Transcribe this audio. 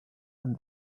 and